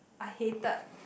I hated